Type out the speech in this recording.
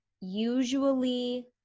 usually